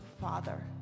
Father